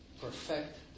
perfect